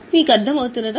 మీకు అర్థం అర్థమవుతుందా